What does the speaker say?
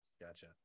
gotcha